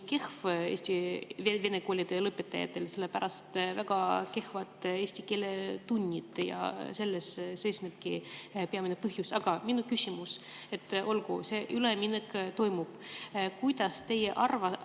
kehv Eesti vene koolide lõpetajatel. Selle pärast, et on väga kehvad eesti keele tunnid ja selles seisnebki peamine põhjus. Aga minu küsimus. Olgu, see üleminek toimub. Kuidas teie